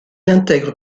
intègre